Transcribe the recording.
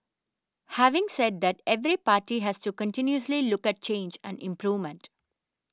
having said that every party has to continuously look at change and improvement